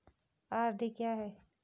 RD क्या है?